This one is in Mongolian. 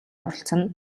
оролцоно